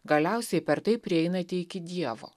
galiausiai per tai prieinate iki dievo